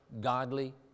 godly